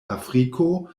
afriko